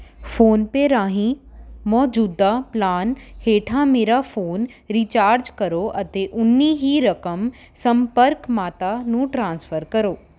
PhonePe ਰਾਹੀਂ ਮੌਜੂਦਾ plan ਹੇਠਾਂ ਮੇਰਾ ਫ਼ੋਨ ਰੀਚਾਰਜ ਕਰੋ ਅਤੇ ਓਨੀ ਹੀ ਰਕਮ ਸੰਪਰਕ ਮਾਤਾ ਨੂੰ ਟ੍ਰਾਂਸਫ਼ਰ ਕਰੋ